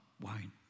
wine